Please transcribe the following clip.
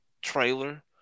trailer